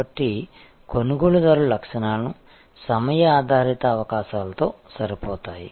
కాబట్టి కొనుగోలుదారు లక్షణాలు సమయ ఆధారిత అవకాశాలతో సరిపోతాయి